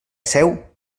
seu